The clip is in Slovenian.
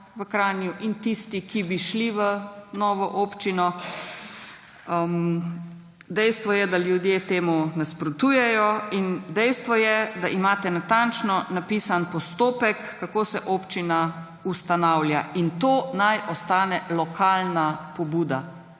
v Kranju, in tisti, ki bi šli v novo občino. Dejstvo je, da ljudje temu nasprotujejo. In dejstvo je, da imate natančno napisan postopek, kako se občina ustanavlja. In to naj ostane lokalna pobuda.